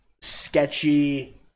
sketchy